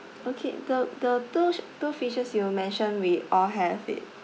okay the the toosh~ two fishes you mentioned we all have it